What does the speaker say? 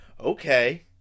Okay